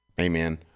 Amen